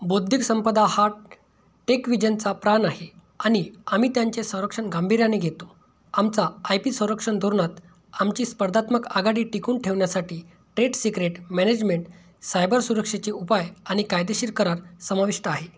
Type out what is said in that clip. बौद्धिक संपदा हा टेकव्हिजनचा प्राण आहे आणि आम्ही त्यांचे संरक्षण गांभीर्याने घेतो आमचा आय पी संरक्षण धोरणात आमची स्पर्धात्मक आघाडी टिकून ठेवण्यासाठी ट्रेड सीक्रेट मॅनेजमेंट सायबर सुरक्षेचे उपाय आणि कायदेशीर करार समाविष्ट आहे